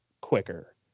quicker